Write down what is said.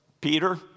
Peter